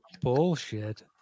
bullshit